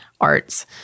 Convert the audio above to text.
arts